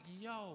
yo